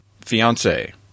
fiance